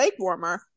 Lakewarmer